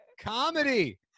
comedy